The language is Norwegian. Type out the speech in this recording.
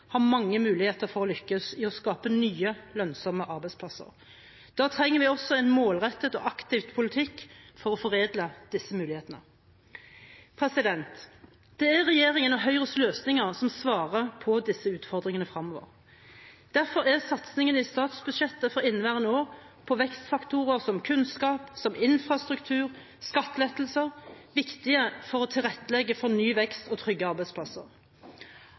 har mange muligheter for å lykkes i å skape nye, lønnsomme arbeidsplasser. Da trenger vi også en målrettet og aktiv politikk for å foredle disse mulighetene. Det er regjeringen og Høyres løsninger som svarer på disse utfordringene fremover. Derfor er satsingene i statsbudsjettet for inneværende år på vekstfaktorer som kunnskap, infrastruktur, skattelettelser viktige for å tilrettelegge for ny vekst og trygge arbeidsplasser.